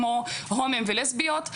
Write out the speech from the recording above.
כמו הומואים ולסביות.